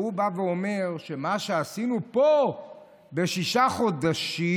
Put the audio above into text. והוא בא ואומר שמה שעשינו פה בשישה חודשים,